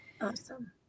Awesome